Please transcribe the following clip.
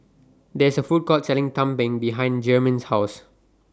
There IS A Food Court Selling Tumpeng behind Germaine's House